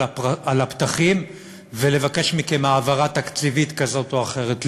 הפתחים ולבקש מכם העברה תקציבית כזו או אחרת.